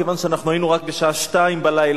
כיוון שאנחנו היינו רק בשעה 02:00,